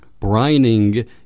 Brining